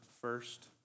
first